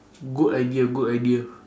good idea good idea